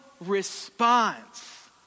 response